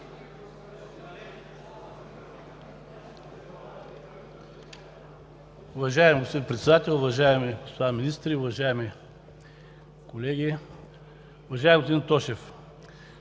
Уважаеми господин Председател, уважаеми господа министри, уважаеми колеги! Уважаеми господин Тошев,